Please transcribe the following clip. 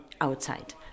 outside